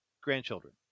grandchildren